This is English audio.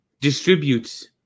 distributes